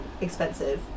expensive